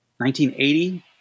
1980